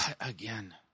Again